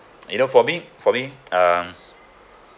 you know for me for me um